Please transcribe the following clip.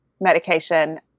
medication